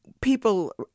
people